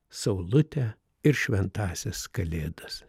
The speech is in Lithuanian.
saulutę ir šventąsias kalėdas